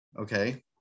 Okay